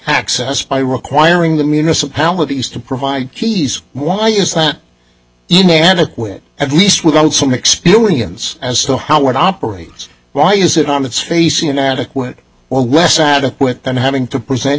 access by requiring the municipalities to provide geez why is that inadequate at least without some experience as to how it operates why is it on its face an adequate or less adequate than having to present